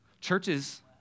Churches